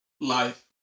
life